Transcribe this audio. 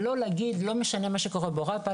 ולא להגיד לא משנה מה קורה באירופה,